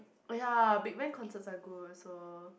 oh ya Big Bang concerts are good also